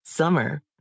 Summer